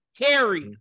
Carrie